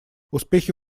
успехи